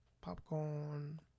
Popcorn